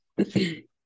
Okay